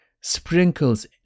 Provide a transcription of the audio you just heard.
sprinkles